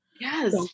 Yes